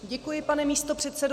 Děkuji, pane místopředsedo.